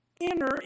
enter